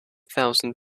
thousand